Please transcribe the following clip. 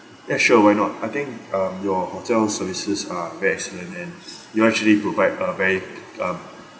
ya sure why not I think um your hotel services are very excellent and you all actually provide a very um